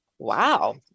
wow